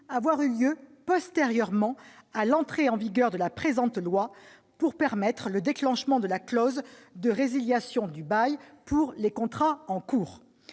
avoir eu lieu postérieurement à l'entrée en vigueur de la présente loi pour permettre le déclenchement de la clause de résiliation du bail pour les contrats en cours.